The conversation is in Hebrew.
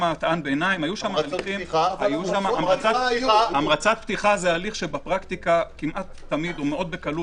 המלצת פתיחה זה הליך שבפרקטיקה כמעט תמיד או מאוד בקלות